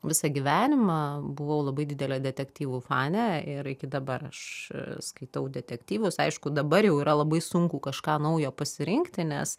visą gyvenimą buvau labai didelė detektyvų fanė ir iki dabar aš skaitau detektyvus aišku dabar jau yra labai sunku kažką naujo pasirinkti nes